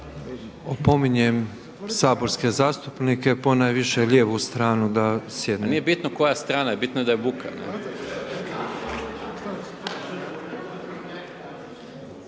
Opominjem saborske zastupnike ponajviše lijevu stranu da sjedne./ … Nije bitno koja strana, bitno je da je buka.